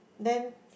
then